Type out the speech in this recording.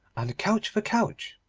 and couch for couch.